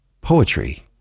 poetry